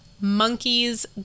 monkeys